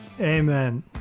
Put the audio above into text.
Amen